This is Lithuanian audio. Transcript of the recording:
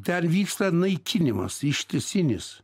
ten vyksta naikinimas ištisinis